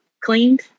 cleaned